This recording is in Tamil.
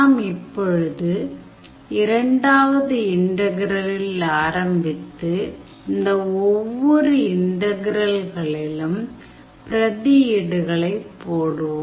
நாம் இப்பொழுது இரண்டாவது இன்டகிரலில் ஆரம்பித்து இந்த ஒவ்வொரு இன்டகிரல்களிலும் பிரதியீடுகளை போடுவோம்